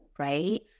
right